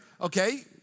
Okay